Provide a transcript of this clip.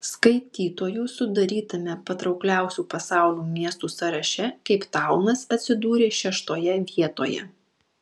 skaitytojų sudarytame patraukliausių pasaulio miestų sąraše keiptaunas atsidūrė šeštoje vietoje